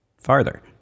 farther